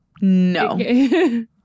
No